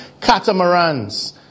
catamarans